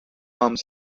arms